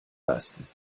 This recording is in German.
leisten